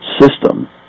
system